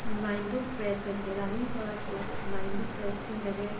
মাইণ্ডটো ফ্ৰেছ হৈ থাকে ৰানিং কৰাৰ ফলত মাইণ্ডটো ফ্ৰেছ কৰি থাকে